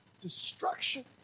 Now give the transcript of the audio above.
destruction